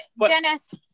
Dennis